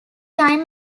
time